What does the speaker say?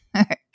okay